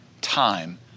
time